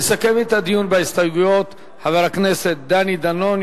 יסכם את הדיון בהסתייגויות חבר הכנסת דני דנון,